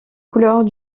couleurs